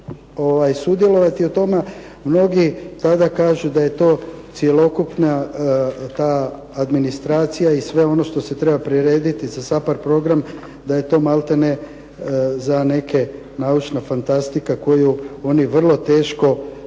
sudjelovati u tome, mnogi tada kažu da je to cjelokupna ta administracija i sve ono što se treba prirediti za SAPHARD program, da je to maltene za neke naučna fantastika koju oni vrlo teško